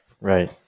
right